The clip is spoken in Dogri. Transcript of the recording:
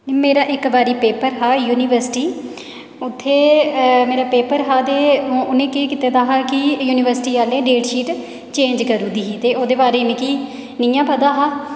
मेरा इक बारी पेपर हा यूनिवर्सिटी उत्थै मेरा पेपर हा ते उ'नें केह् कीते दा हा कि यूनिवर्सिटी आह्लें डेट शीट चेंज करी उड़ी दी ही ते ओह्दे बारे मिकी नेहा पता हा